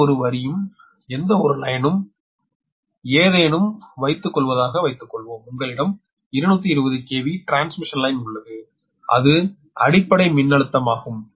எந்தவொரு வரியும் ஏதேனும் வைத்துக்கொள்வதாக வைத்துக்கொள்வோம் உங்களிடம் 220 kV டிரான்ஸ்மிஷன் லைன் உள்ளது அது அடிப்படை மின்னழுத்தமாகும்